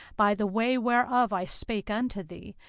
by the way whereof i spake unto thee,